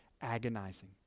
agonizing